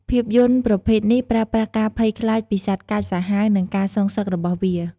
ភាពយន្តប្រភេទនេះប្រើប្រាស់ការភ័យខ្លាចពីសត្វកាចសាហាវ និងការសងសឹករបស់វា។